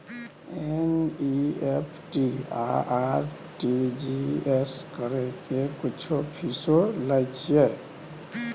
NEFT आ RTGS करै के कुछो फीसो लय छियै?